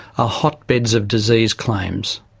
ah hotbeds of disease claims.